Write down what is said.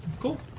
Cool